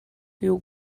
you